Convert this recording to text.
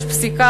יש פסיקה,